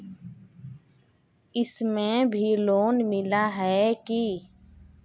इसमें भी लोन मिला है की